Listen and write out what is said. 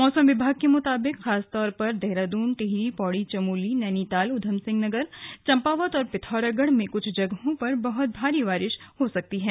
मौसम विभाग के मुताबिक खासतौर पर देहरादून टिहरी पौड़ी चमोली नैनीताल उधमसिंह नगर चंपावत और पिथौरागढ़ में कुछ जगहों पर बहुत भारी वर्षा हो सकती है